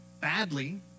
badly